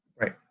Right